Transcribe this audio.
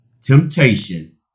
temptation